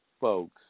folks